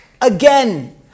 again